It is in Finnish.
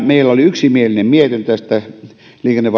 meillä oli tosiaan yksimielinen mietintö tästä liikenne